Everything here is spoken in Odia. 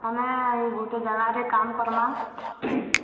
ଆମେ ଇ ଗୁଟେ ଜାଗାରେ କାମ୍ କର୍ମା